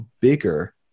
bigger